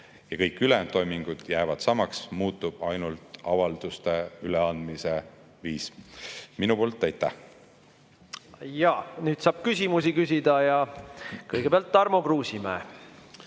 Kõik ülejäänud toimingud jäävad samaks, muutub ainult avalduste üleandmise viis. Minu poolt aitäh. Jaa. Nüüd saab küsimusi küsida. Kõigepealt Tarmo Kruusimäe.